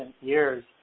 years